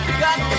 got